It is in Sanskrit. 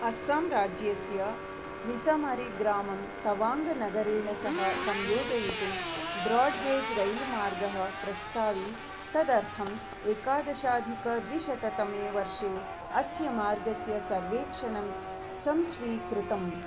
अस्सां राज्यस्य मिसमारीग्रामं तवाङ्गनगरेण सह संयोजयितुं ब्राड्गेज् रैल्मार्गः प्रास्तावि तदर्थं एकादशधिकद्विशततमे वर्षे अस्य मार्गस्य सर्वेक्षणं संस्वीकृतम्